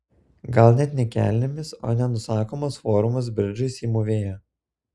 gal net ne kelnėmis o nenusakomos formos bridžais ji mūvėjo